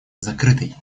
закрытой